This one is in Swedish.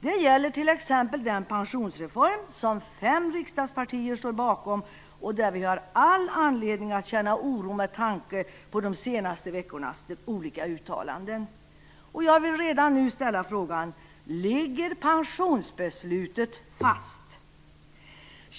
Det gäller t.ex. den pensionsreform som fem riksdagspartier står bakom och där vi har all anledning att känna oro med tanke på de senaste veckornas olika uttalanden. Jag vill redan nu ställa frågan: Ligger pensionsbeslutet fast?